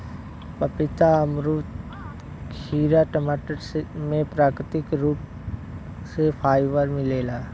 पपीता अंगूर खीरा टमाटर में प्राकृतिक रूप से फाइबर मिलेला